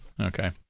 Okay